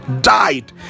died